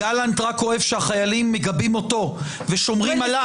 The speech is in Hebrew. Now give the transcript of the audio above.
גלנט רק אוהב שהחיילים מגבים אותו ושומרים אותו,